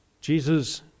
Jesus